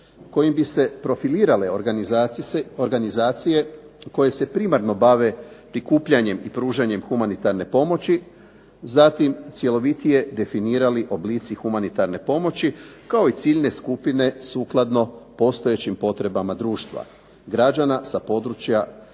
kojim bi se profilirale organizacije koje se primarno bave prikupljanjem i pružanjem humanitarne pomoći, zatim cjelovitije definirali oblici humanitarne pomoći kao i ciljne skupine sukladno postojećim potrebama društva, građana sa područja na